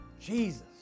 Jesus